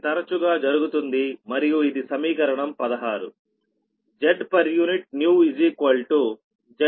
ఇది తరచుగా జరుగుతుంది మరియు ఇది సమీకరణం 16